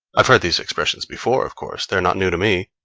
i've heard these expressions before, of course they are not new to me.